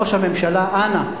ראש הממשלה: אנא,